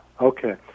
okay